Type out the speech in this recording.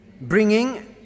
bringing